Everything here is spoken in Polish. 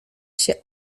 się